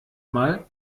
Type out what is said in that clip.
mal